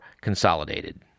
consolidated